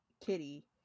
kitty